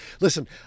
listen